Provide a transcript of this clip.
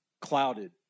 clouded